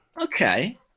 Okay